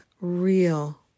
real